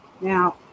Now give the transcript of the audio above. Now